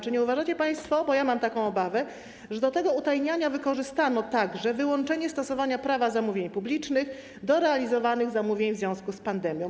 Czy nie uważacie państwo, bo ja mam taką obawę, że do tego utajniania wykorzystano także wyłączenie stosowania Prawa zamówień publicznych do zamówień realizowanych w związku z pandemią?